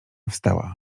wstała